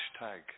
hashtag